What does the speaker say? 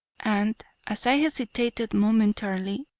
and, as i hesitated momentarily,